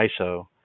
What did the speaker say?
iso